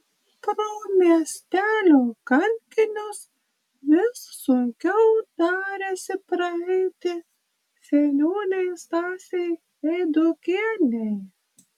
pro miestelio kankinius vis sunkiau darėsi praeiti seniūnei stasei eidukienei